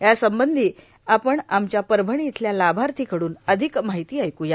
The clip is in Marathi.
यासंबंधी आपण आमच्या परभणी इथल्या लाभार्थीकडून अधिक माहिती ऐकू या